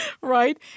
right